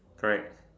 correct